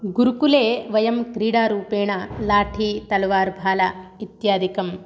गुरुकुले वयं क्रीडारूपेण लाठी तलवार् भाला इत्यादिकम्